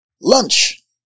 Lunch